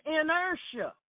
inertia